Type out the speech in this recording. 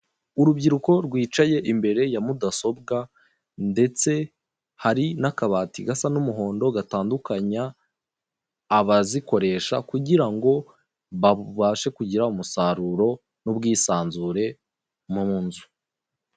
Urubyiruko rwicaye imbere ya mudasobwa ndetse hari n'akabati gasan n'umuhondo gatandukanya abazikoresha kugira ngo babashe kugira umusaruro n'ubwisanzure mu nzu.